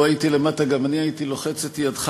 לו הייתי למטה גם אני הייתי לוחץ את ידך